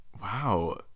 Wow